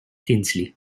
tinsley